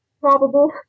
Probable